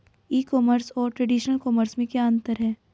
ई commerce और traditional commerce में क्या अंतर है?